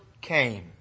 came